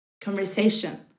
conversation